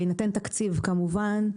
בהינתן תקציב כמובן,